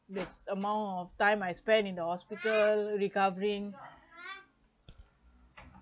this amount of time I spent in the hospital recovering